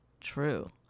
true